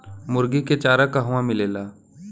मुर्गी के चारा कहवा मिलेला?